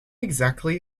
exactly